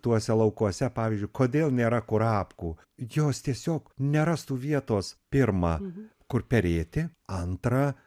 tuose laukuose pavyzdžiui kodėl nėra kurapkų jos tiesiog nerastų vietos pirma kur perėti antra